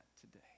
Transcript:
today